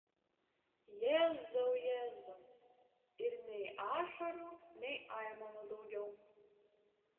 jėzau jėzau ir nei ašarų nei aimanų daugiau